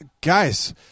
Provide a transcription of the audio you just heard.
guys